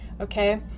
okay